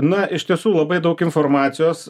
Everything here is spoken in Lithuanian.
na iš tiesų labai daug informacijos